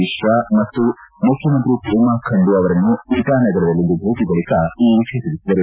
ಮಿಶ್ರಾ ಮತ್ತು ಮುಖ್ಯಮಂತ್ರಿ ಪೇಮಾ ಖಂಡು ಅವರನ್ನು ಇಟಾ ನಗರದಲ್ಲಿಂದು ಭೇಟಿ ಬಳಿಕ ಈ ವಿಷಯ ತಿಳಿಸಿದರು